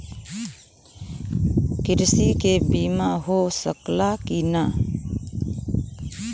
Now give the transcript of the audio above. कृषि के बिमा हो सकला की ना?